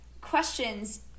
questions